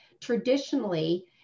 traditionally